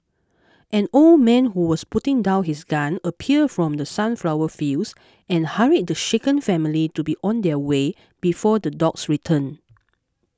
an old man who was putting down his gun appeared from the sunflower fields and hurried the shaken family to be on their way before the dogs return